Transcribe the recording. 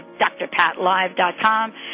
drpatlive.com